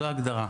זאת ההגדרה.